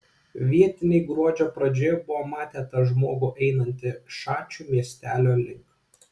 vietiniai gruodžio pradžioje buvo matę tą žmogų einantį šačių miestelio link